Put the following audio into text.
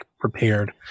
prepared